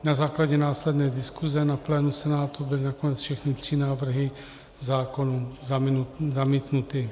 Na základě následné diskuse na plénu Senátu byly nakonec všechny tři návrhy zákonů zamítnuty.